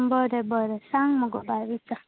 बरें बरें सांग मगो बाय विचार